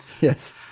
Yes